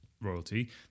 royalty